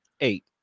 Eight